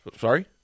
sorry